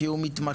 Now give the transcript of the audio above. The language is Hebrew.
כי הוא מתמחה.